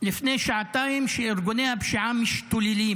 לפני שעתיים שארגוני הפשיעה משתוללים